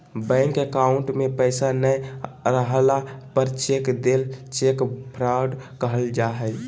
bank account में पैसा नय रहला पर चेक देल चेक फ्रॉड कहल जा हइ